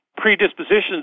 predispositions